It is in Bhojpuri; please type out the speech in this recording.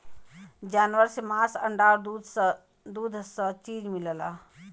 जानवर से मांस अंडा दूध स चीज मिलला